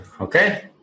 Okay